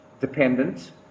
dependent